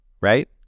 right